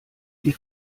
die